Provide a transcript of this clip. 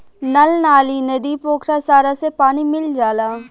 नल नाली, नदी, पोखरा सारा से पानी मिल जाला